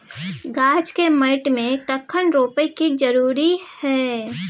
गाछ के माटी में कखन रोपय के जरुरी हय?